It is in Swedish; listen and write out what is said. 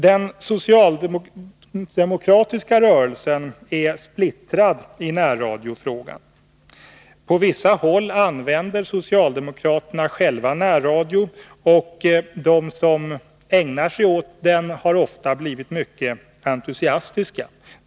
Den socialdemokratiska rörelsen är därmed splittrad i närradiofrågan. På vissa håll använder socialdemokraterna själva närradio, och de som ägnar sig åt den har ofta blivit mycket entusiastiska.